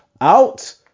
out